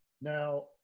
Now